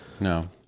No